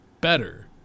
better